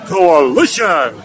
Coalition